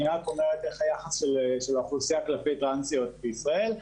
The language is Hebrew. אני רק אומרת מה היחס של האוכלוסייה כלפי טרנסיות בישראל.